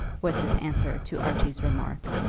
was his answer to archie's remark.